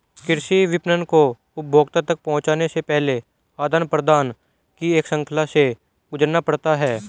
कृषि विपणन को उपभोक्ता तक पहुँचने से पहले आदान प्रदान की एक श्रृंखला से गुजरना पड़ता है